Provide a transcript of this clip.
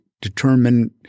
determine